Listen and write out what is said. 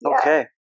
okay